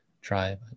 try